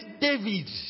David